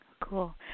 cool